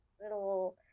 Little